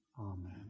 Amen